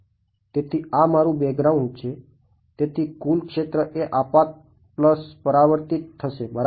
તેથી આ મારું બ્રેકગ્રાઉન્ડ પરાવર્તિત થશે બરાબર